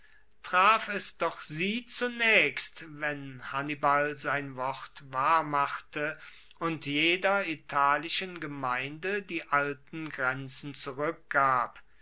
traf es doch sie zunaechst wenn hannibal sein wort wahr machte und jeder italischen gemeinde die alten grenzen zurueckgab